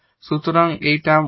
সুতরাং এই টার্ম 1 𝑓𝐷 𝑋 হবে